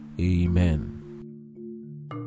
Amen